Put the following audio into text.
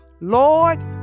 Lord